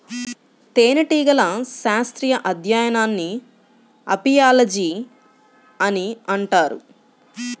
తేనెటీగల శాస్త్రీయ అధ్యయనాన్ని అపియాలజీ అని అంటారు